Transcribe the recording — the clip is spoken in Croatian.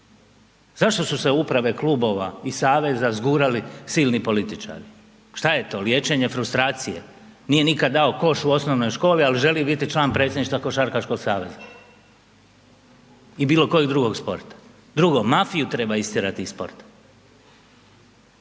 Zašto su se u uprave klubova i saveza zgurali silni političari? Što je to, liječenje frustracije? Nije nikad dao koš u osnovnoj školi, ali želi biti član predsjedništva košarkaškog saveza ili bilo kojeg drugog sporta. Drugo, mafiju treba istjerati iz sporta.